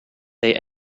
they